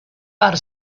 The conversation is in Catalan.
per